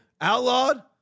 outlawed